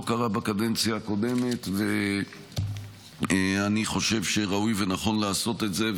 זה לא קרה בקדנציה הקודמת ואני חושב שראוי ונכון לעשות את זה.